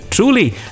Truly